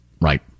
Right